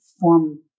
form